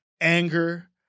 anger